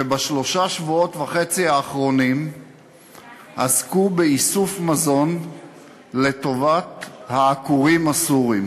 שבשלושה וחצי השבועות האחרונים עסקו באיסוף מזון לטובת העקורים הסורים.